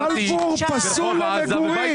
בלפור פסול למגורים.